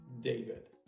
David